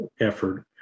effort